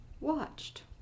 watched